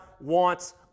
wants